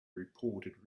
reported